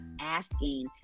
asking